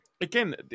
again